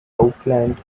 oakland